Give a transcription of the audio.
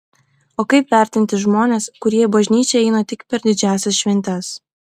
o kaip vertinti žmones kurie į bažnyčią eina tik per didžiąsias šventes